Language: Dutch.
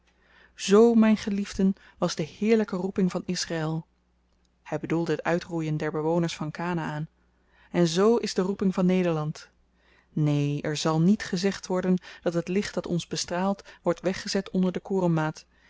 z myn geliefden was de heerlyke roeping van israel hy bedoelde het uitroeien der bewoners van kanaän en z is de roeping van nederland neen er zal niet gezegd worden dat het licht dat ons bestraalt wordt weggezet onder de